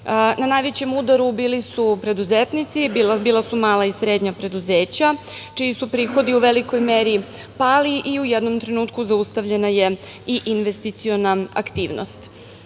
Na najvećem udaru bili su i preduzetnici, bila su mala i srednja preduzeća čiji su prihodi u velikoj meri pali i u jednom trenutku zaustavljena je i investiciona aktivnost. Potrebno